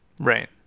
Right